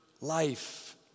life